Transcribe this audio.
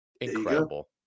Incredible